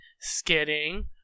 skidding